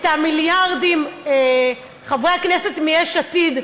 את המיליארדים, חברי הכנסת מיש עתיד,